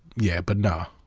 yeah, but nah.